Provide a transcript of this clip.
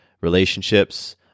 relationships